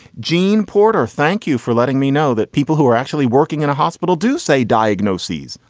jean porter, thank you for letting me know that people who are actually working in a hospital do say diagnoses.